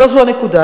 אבל לא זו הנקודה.